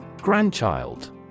Grandchild